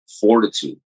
fortitude